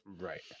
Right